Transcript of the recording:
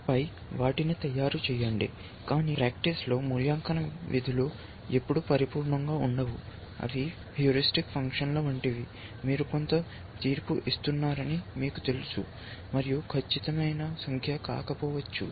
ఆపై వాటిని తయారు చేయండి కానీ ప్రాక్టీస్లో మూల్యాంకన విధులు ఎప్పుడూ పరిపూర్ణంగా ఉండవు అవి హ్యూరిస్టిక్ ఫంక్షన్ల వంటివి మీరు కొంత తీర్పు ఇస్తున్నారని మీకు తెలుసు మరియు ఖచ్చితమైన సంఖ్య కాకపోవచ్చు